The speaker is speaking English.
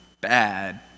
bad